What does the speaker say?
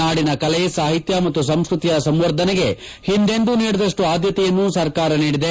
ನಾಡಿನ ಕಲೆ ಸಾಹಿತ್ವ ಮತ್ತು ಸಂಸ್ಕೃತಿಯ ಸಂವರ್ಧನೆಗೆ ಹಿಂದೆಂದೂ ನೀಡದಷ್ಟು ಆಧ್ವತೆಯನ್ನು ಸರ್ಕಾರ ನೀಡಿದೆ